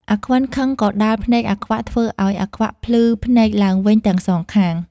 អាខ្វិនខឹងក៏ដាល់ភ្នែកអាខ្វាក់ ធ្វើឱ្យអាខ្វាក់ភ្លឺភ្នែកឡើងវិញទាំងសងខាង ។